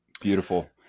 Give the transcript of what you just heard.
Beautiful